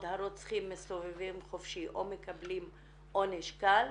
הרוצחים מסתובבים חופשי או מקבלים עונש קל